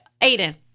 Aiden